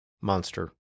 Monster